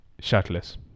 Shirtless